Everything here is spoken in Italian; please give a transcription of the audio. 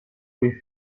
coi